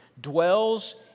dwells